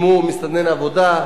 אם הוא מסתנן עבודה.